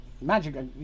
magic